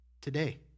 today